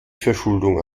verschuldung